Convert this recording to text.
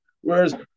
whereas